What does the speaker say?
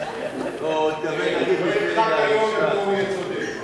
בר-און, לא ירחק היום שבו הוא יהיה צודק.